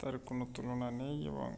তার কোনো তুলনা নেই এবং